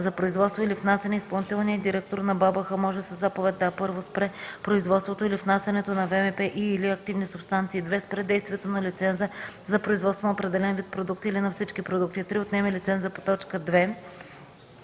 за производство или внасяне, изпълнителният директор на БАБХ може със заповед да: 1. спре производството или внасянето на ВМП и/или активни субстанции; 2. спре действието на лиценза за производство на определен вид продукти или на всички продукти; 3. отнеме лиценза по т.